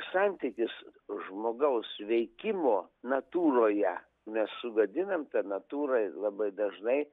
santykis žmogaus veikimo natūroje mes sugadinam tą natūrą labai dažnai